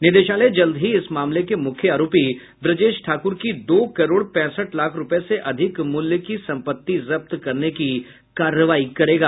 निदेशालय जल्द ही इस मामले के मुख्य आरोपी ब्रजेश ठाकुर की दो करोड़ पैंसठ लाख रूपये से अधिक मुल्य की संपत्ति जब्त करने की कार्रवाई करेगा